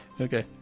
Okay